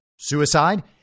suicide